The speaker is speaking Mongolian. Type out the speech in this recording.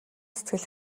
сэтгэл